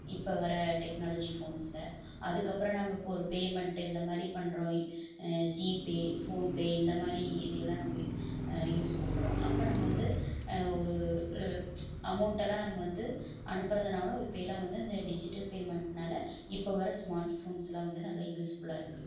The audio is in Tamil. இப்போ வர டெக்னாலஜி ஃபோன்ஸில் அதுக்கப்புறம் நம்ப இப்போ ஒரு பேமென்ட்டு இந்த மாதிரி பண்றோம் ஜிபே ஃபோன்பே இந்த மாதிரி இதை எல்லாம் நம்ப யூஸ் பண்றோம் அப்போது நம்ம வந்து ஒரு அமௌன்ட்டை எல்லாம் நம்ம வந்து அனுப்புறதுனாலும் இப்போ எல்லா வந்து அந்த டிஜிட்டல் பேமென்ட்னால் இப்போது வர ஸ்மார்ட் ஃபோன்ஸ்லாம் வந்து நல்ல யூஸ்ஃபுல்லாக இருக்குது